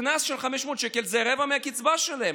קנס של 500 שקל זה רבע מהקצבה שלהם.